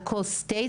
על כוס תה,